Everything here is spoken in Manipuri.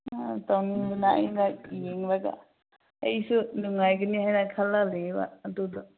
ꯇꯧꯅꯤꯡꯕꯅ ꯑꯩꯅ ꯌꯦꯡꯂꯒ ꯑꯩꯁꯨ ꯅꯨꯡꯉꯥꯏꯒꯅꯤ ꯍꯥꯏꯅ ꯈꯜꯂꯒ ꯂꯩꯕ ꯑꯗꯨꯗꯣ